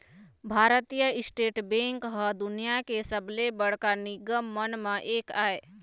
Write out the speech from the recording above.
भारतीय state bank ह दुनिया के सबले बड़का निगम मन म एक आय